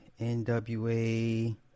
NWA